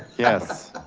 yes.